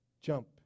jump